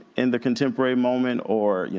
in the contemporary moment or you